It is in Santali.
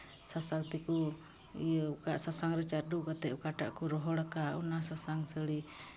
ᱥᱟᱥᱟᱝ ᱛᱮᱠᱚ ᱤᱭᱟᱹ ᱠᱟᱜ ᱥᱟᱥᱟᱝ ᱨᱮ ᱪᱟᱰᱚ ᱠᱟᱛᱮᱫ ᱚᱠᱟᱴᱟᱜ ᱠᱚ ᱨᱚᱦᱚᱲ ᱟᱠᱟᱫ ᱚᱱᱟ ᱥᱟᱥᱟᱝ ᱥᱟᱹᱲᱤ